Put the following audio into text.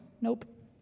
Nope